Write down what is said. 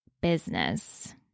business